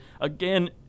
again